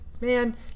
man